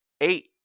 eight